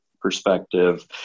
perspective